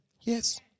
yes